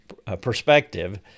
perspective